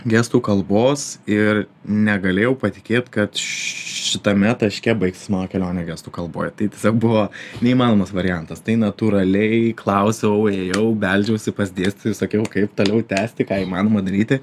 gestų kalbos ir negalėjau patikėt kad šitame taške baigsis mano kelionė gestų kalboj tai ta buvo neįmanomas variantas tai natūraliai klausiau ėjau beldžiausi pas dėstytojus ir sakiau kaip toliau tęsti ką įmanoma daryti